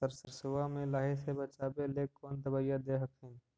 सरसोबा मे लाहि से बाचबे ले कौन दबइया दे हखिन?